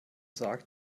sagt